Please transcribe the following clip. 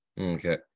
okay